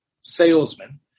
salesman